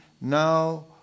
now